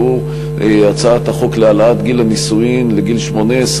והוא הצעת החוק להעלאת גיל הנישואין ל-18,